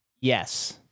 Yes